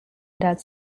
that